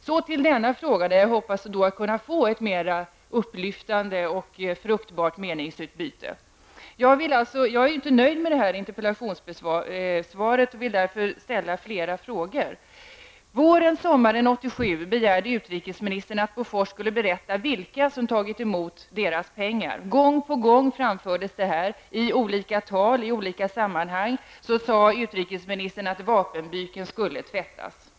Så till denna fråga där jag hoppas kunna få ett mera upplyftande och fruktbart meningsutbyte. Jag är inte nöjd med interpellationssvaret och vill därför ställa flera frågor. Våren/sommaren 1987 begärde utrikesministern att Bofors skulle berätta vilka som har tagit emot Boforspengar. Gång på gång framfördes detta. I olika tal i olika sammanhang sade utrikesministern att vapenbyken skulle tvättas.